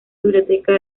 biblioteca